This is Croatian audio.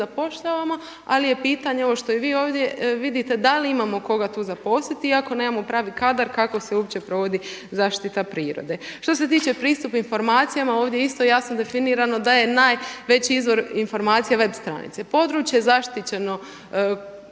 zapošljavamo, ali je pitanje što i vi ovdje vidite da li imamo koga tu zaposliti. I ako nemamo pravi kadar kako se uopće provodi zaštita prirode. Što se tiče pristupa informacijama ovdje isto je jasno definirano da je najveći izvor informacija web stranice. Područje zaštićeno